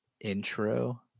intro